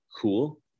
cool